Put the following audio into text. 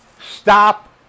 Stop